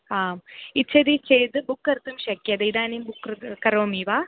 आम् इच्छति चेत् बुक् कर्तुं शक्यते इदानीं बुक् कृ करोमि वा